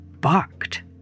barked